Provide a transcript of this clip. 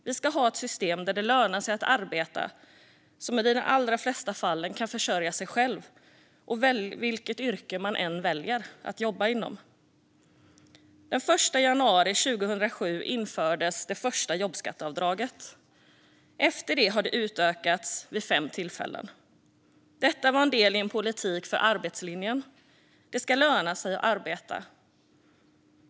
Vi ska ha ett system där det lönar sig att arbeta, så att man i de allra flesta fall kan försörja sig själv oavsett vilket yrke man väljer att jobba inom. Den 1 januari 2007 infördes det första jobbskatteavdraget. Därefter har det utökats vid fem tillfällen. Detta var en del i en politik för arbetslinjen. Det ska löna sig att arbeta.